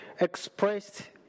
expressed